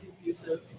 abusive